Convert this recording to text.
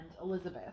Elizabeth